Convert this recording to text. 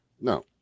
No